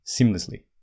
seamlessly